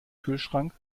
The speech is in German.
kühlschrank